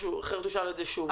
אחרת הוא ישאל את זה שוב.